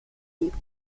gibt